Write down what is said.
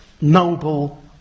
noble